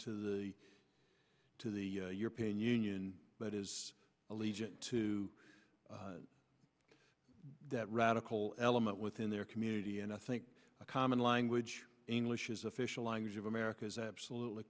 to the to the european union but is allegiance to radical element within their community and i think a common language english is official language of america is absolutely